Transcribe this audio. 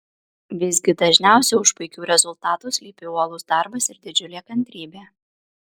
visgi dažniausiai už puikių rezultatų slypi uolus darbas ir didžiulė kantrybė